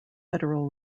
federal